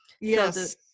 Yes